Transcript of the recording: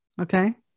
Okay